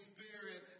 Spirit